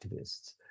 activists